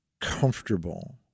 comfortable